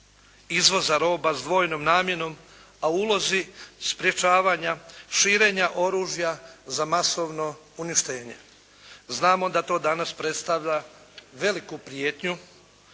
izvoza roba s dvojnom namjenom a u ulozi sprječavanja širenja oružja za masovno uništenje. Znamo da to danas predstavlja veliku prijetnju